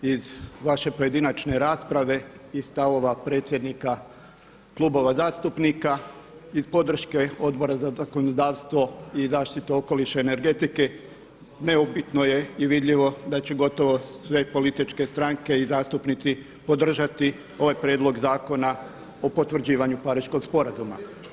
Iz vaše pojedinačne rasprave i stavova predsjednika klubova zastupnika i podrške Odbora za zakonodavstvo i zaštitu okoliša i energetike neupitno je i vidljivo da će gotovo sve političke stranke i zastupnici podržati ovaj prijedlog zakona o potvrđivanju Pariškog sporazuma.